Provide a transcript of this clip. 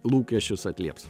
lūkesčius atlieps